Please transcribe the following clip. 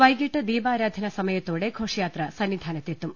വൈകിട്ട് ദീപാരാധന സമയത്തോടെ ഘോഷയാത്ര സന്നി ധാനത്തെത്തും